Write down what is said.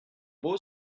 beau